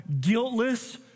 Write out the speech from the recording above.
guiltless